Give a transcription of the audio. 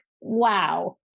wow